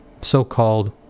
so-called